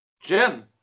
Jim